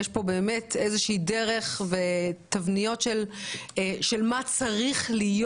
יש כאן באמת איזושהי דרך ותבניות של מה צריך להיות,